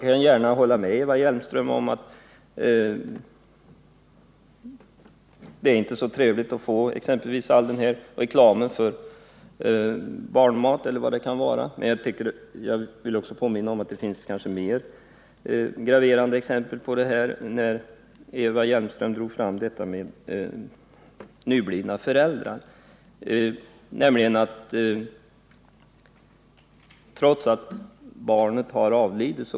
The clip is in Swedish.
Jag kan gärna hålla med Eva Hjelmström om att det inte är så trevligt att få all den här reklamen för barnmat eller vad det kan vara, men det finns nog mer graverande exempel. Eva Hjelmström nämnde som exempel de fall där direktreklamen fortsätter att komma till föräldrarna trots att barnet avlidit.